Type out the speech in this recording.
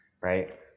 right